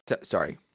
sorry